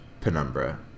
Penumbra